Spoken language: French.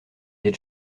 des